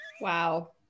Wow